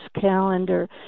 calendar